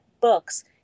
books